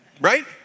Right